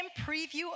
preview